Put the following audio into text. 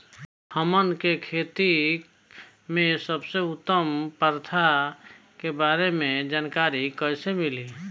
हमन के खेती में सबसे उत्तम प्रथा के बारे में जानकारी कैसे मिली?